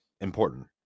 important